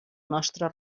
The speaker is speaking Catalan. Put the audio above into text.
nostre